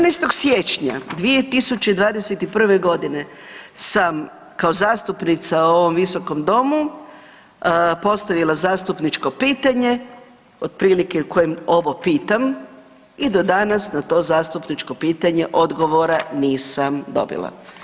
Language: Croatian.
14. siječnja 2021.g. sam kao zastupnica u ovom visokom domu postavila zastupničko pitanje otprilike u kojem ovo pitam i do danas na to zastupničko pitanje odgovore nisam dobila.